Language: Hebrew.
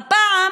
הפעם